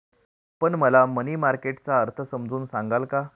आपण मला money market चा अर्थ समजावून सांगाल का?